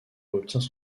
obtient